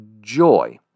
joy